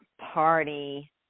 party